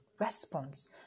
response